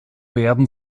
werden